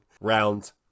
round